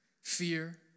Fear